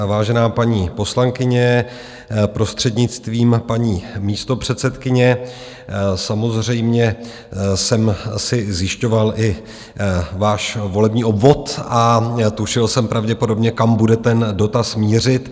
Vážená paní poslankyně, prostřednictvím paní místopředsedkyně, samozřejmě jsem si zjišťoval i váš volební obvod a tušil jsem pravděpodobně, kam bude ten dotaz mířit.